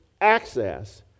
access